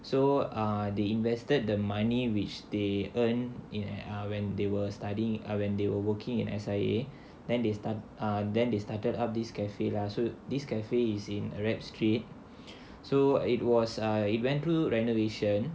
so ah they invested the money which they earn in err when they were studying I when they were working and S_I_A then they start err then they started up this cafe lah so this cafe is in arab street so it was uh it went through renovation